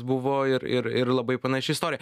buvo ir ir ir labai panaši istorija